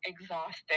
Exhausted